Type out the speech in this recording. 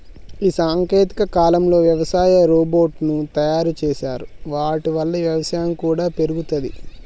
ఈ సాంకేతిక కాలంలో వ్యవసాయ రోబోట్ ను తయారు చేశారు వాటి వల్ల వ్యవసాయం కూడా పెరుగుతది